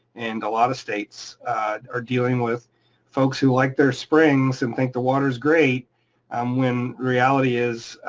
and a lot of states are dealing with folks who like their springs and think the water is great um when reality is,